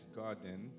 garden